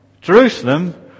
Jerusalem